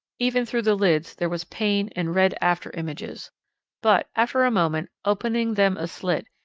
even through the lids there was pain and red afterimages but after a moment, opening them a slit,